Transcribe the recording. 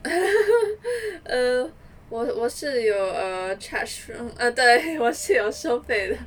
err 我是有 err charge err 对我是有收费的